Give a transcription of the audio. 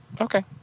Okay